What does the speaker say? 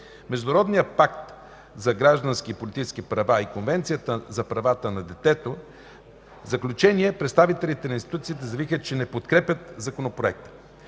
Международния пакт за граждански и политически права и Конвенцията за правата на детето. В заключение, представителите на институциите заявиха, че не подкрепят Законопроекта.